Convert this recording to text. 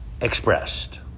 expressed